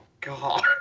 God